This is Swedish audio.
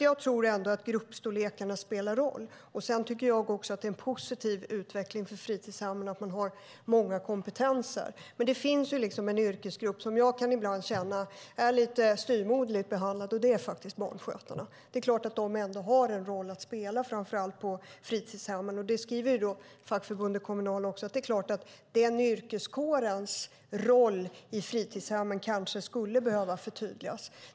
Det är en positiv utveckling för fritidshemmen att man har många kompetenser. Men det finns en yrkesgrupp som jag ibland kan känna är lite styvmoderligt behandlad, och det är barnskötarna. Det är klart att de ändå har en roll att spela, framför allt på fritidshemmen. Fackförbundet Kommunal skriver att den yrkeskårens roll på fritidshemmen kanske skulle behöva förtydligas.